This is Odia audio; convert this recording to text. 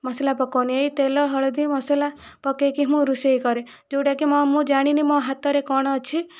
ମସଲା ପକାଉନି ଏହି ତେଲ ହଳଦୀ ମସଲା ପକେଇକି ମୁଁ ରୋଷେଇ କରେ ଯେଉଁଟାକି ମୋ ମୁଁ ଜାଣିନି ମୋ ହାତରେ କ'ଣ ଅଛି